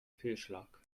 fehlschlag